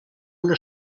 una